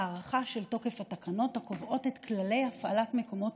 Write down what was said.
הארכה של תוקף התקנות הקובעות את כללי הפעלת מקומות